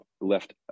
left